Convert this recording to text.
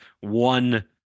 one